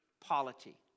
polity